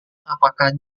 apakah